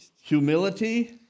Humility